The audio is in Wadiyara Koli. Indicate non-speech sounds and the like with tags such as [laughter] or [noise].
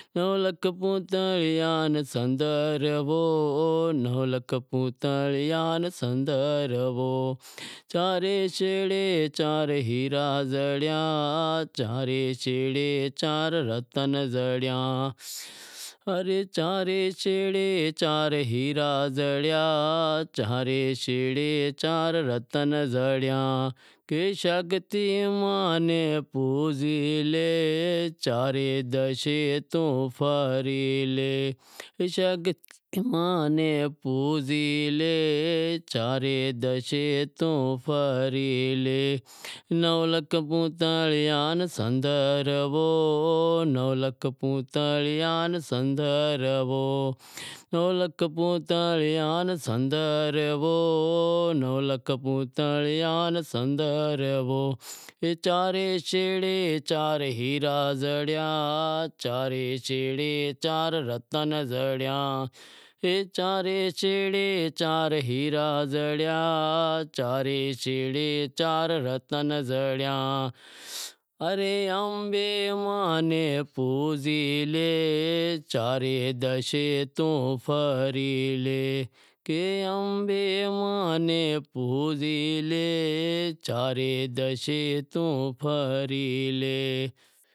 [unintelligible]